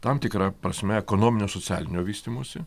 tam tikra prasme ekonominio socialinio vystymosi